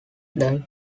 died